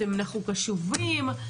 אנחנו קשובים,